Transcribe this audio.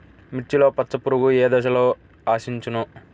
మిర్చిలో పచ్చ పురుగు ఏ దశలో ఆశించును?